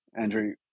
Andrew